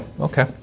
okay